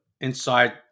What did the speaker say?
inside